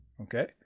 okay